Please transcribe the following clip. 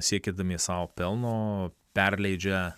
siekdami sau pelno perleidžia